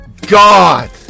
God